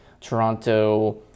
Toronto